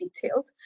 detailed